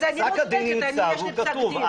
פסק הדין נמצא והוא כתוב.